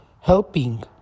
helping